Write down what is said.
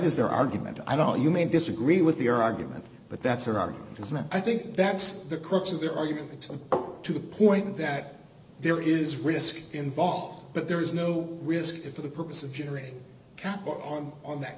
is their argument i don't know you may disagree with the argument but that's her argument is that i think that's the crux of their argument to the point that there is risk involved but there is no risk if for the purpose of generating cap on on that